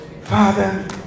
Father